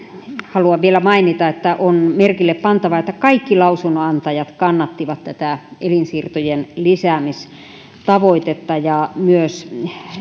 haluan vielä mainita että on merkille pantavaa että kaikki lausunnonantajat kannattivat tätä elinsiirtojen lisäämistavoitetta ja myös